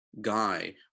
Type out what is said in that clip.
Guy